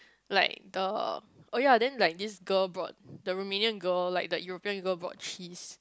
like the oh ya then like this girl brought the Romanian girl like the European girl brought cheese